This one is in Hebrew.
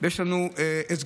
ויש לנו אתגרים.